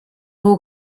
who